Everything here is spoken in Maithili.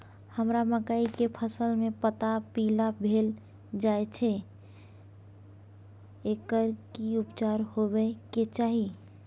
हमरा मकई के फसल में पता पीला भेल जाय छै एकर की उपचार होबय के चाही?